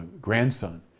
grandson